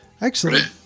Excellent